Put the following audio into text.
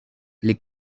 les